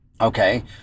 Okay